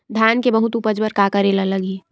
धान के बहुत उपज बर का करेला लगही?